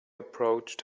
approached